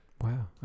Wow